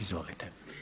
Izvolite.